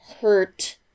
hurt